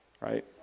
right